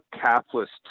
capitalist